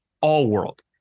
All-world